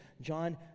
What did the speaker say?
John